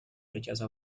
rechazo